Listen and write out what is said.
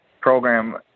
program